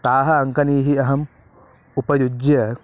ताः अङ्कनीः अहम् उपयुज्य